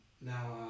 now